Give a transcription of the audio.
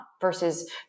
versus